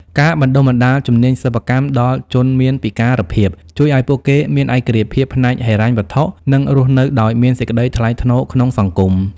ការបណ្ដុះបណ្ដាលជំនាញសិប្បកម្មដល់ជនមានពិការភាព ជួយឱ្យពួកគេមានឯករាជ្យភាពផ្នែកហិរញ្ញវត្ថុ និងរស់នៅដោយមានសេចក្ដីថ្លៃថ្នូរក្នុងសង្គម។